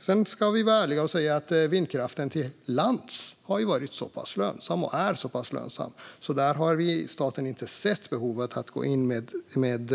Sedan ska vi vara ärliga och säga att vindkraften på land har varit så pass lönsam, och är så pass lönsam, att där har staten inte sett ett behov av att gå in med